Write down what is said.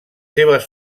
seves